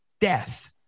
death